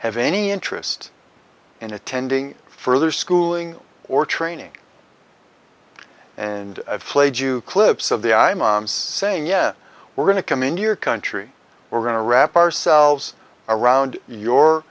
have any interest in attending further schooling or training and i've played you clips of the ai moms saying yeah we're going to come in your country we're going to wrap ourselves around your